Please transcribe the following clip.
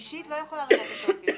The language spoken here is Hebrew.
השלישית לא יכולה לבוא בתוקף.